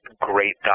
great